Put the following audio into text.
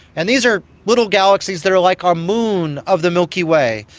and these are little galaxies that are like our moon of the milky way,